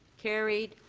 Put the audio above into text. carried.